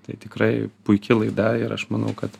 tai tikrai puiki laida ir aš manau kad